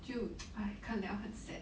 就 !hais! 看了很 sad